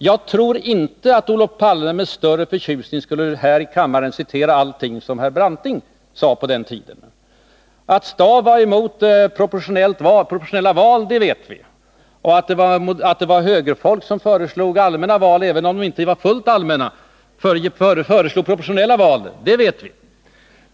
Jag tror inte att Olof Palme med större förtjusning skulle här i kammaren citera allting som Branting sade på sin tid. Att Staaff var emot proportionella val vet vi och att det var högerfolk som föreslog proportionella val, det vet vi.